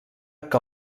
que